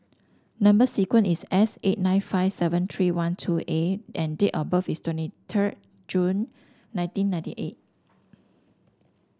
number sequence is S eight nine five seven three one two A and date of birth is twenty third June nineteen ninety eight